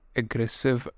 aggressive